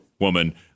woman